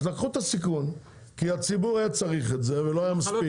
אז לקחו את הסיכון כי הציבור היה צריך את זה ולא היה מספיק,